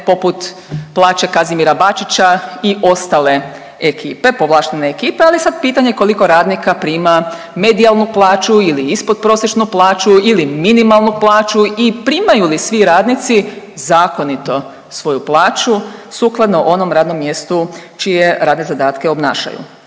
poput plaće Kazimira Bačića i ostale ekipe, povlaštene ekipe, ali je sad pitanje koliko radnika prima medijalnu plaću ili ispodprosječnu plaću ili minimalnu plaću i primaju li svi radnici zakonito svoju plaću sukladno onom radnom mjestu čije radne zadatke obnašanju.